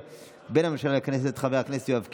בין הממשלה לכנסת חבר הכנסת יואב קיש,